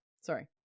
Sorry